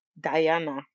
Diana